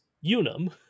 unum